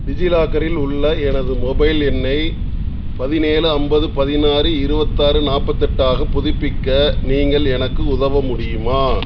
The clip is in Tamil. டிஜிலாக்கரில் உள்ள எனது மொபைல் எண்ணை பதினேழு ஐம்பது பதினாறு இருபத்தாறு நாற்பத்தெட்டு ஆக புதுப்பிக்க நீங்கள் எனக்கு உதவ முடியுமா